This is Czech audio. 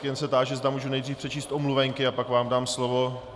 Jen se táži, zda můžu nejdříve přečíst omluvenky, a pak vám dám slovo.